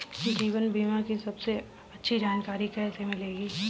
जीवन बीमा की सबसे अच्छी जानकारी कैसे मिलेगी?